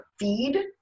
feed